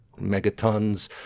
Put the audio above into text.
megatons